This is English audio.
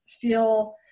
feel